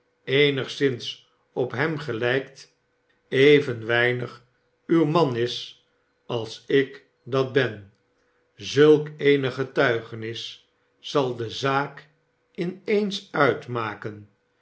op hem gelijkt even weinig uw man is als ik dat ben zulk eene getuigenis zal de zaalg in eens uitmaken